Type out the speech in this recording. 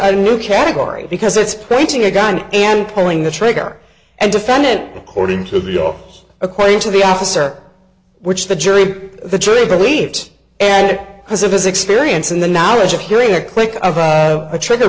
a new category because it's pointing a gun and pulling the trigger and defendant according to the your according to the officer which the jury the jury believes and because of his experience and the knowledge of hearing a click of a trigger